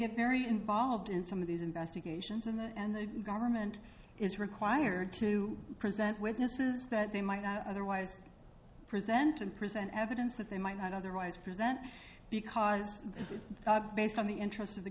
get very involved in some of these investigations and that and the government is required to present witnesses that they might not otherwise present and present evidence that they might not otherwise present because this is based on the interest of the